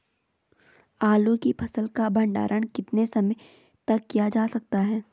आलू की फसल का भंडारण कितने समय तक किया जा सकता है?